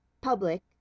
public